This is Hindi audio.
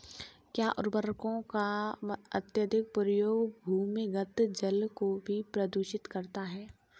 क्या उर्वरकों का अत्यधिक प्रयोग भूमिगत जल को भी प्रदूषित करता है?